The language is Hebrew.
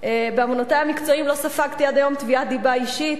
"בעוונותי המקצועיים לא ספגתי עד היום תביעת דיבה אישית,